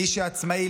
מי שעצמאי,